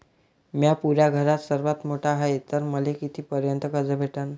म्या पुऱ्या घरात सर्वांत मोठा हाय तर मले किती पर्यंत कर्ज भेटन?